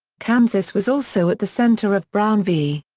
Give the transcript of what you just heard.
kansas was also at the center of brown v.